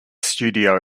studio